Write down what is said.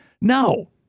No